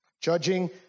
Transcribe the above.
Judging